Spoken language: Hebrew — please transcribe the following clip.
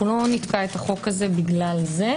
לא נתקע את החוק הזה בגלל זה,